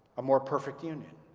a more-perfect union.